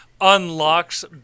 unlocks